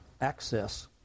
Access